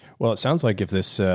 well, it sounds like if this, ah,